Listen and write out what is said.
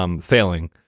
Failing